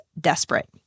desperate